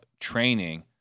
training